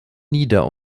nieder